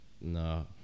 No